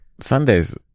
Sundays